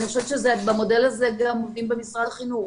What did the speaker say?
אני חושבת שבמודל הזה גם עובדים במשרד החינוך.